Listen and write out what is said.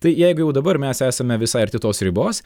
tai jeigu jau dabar mes esame visai arti tos ribos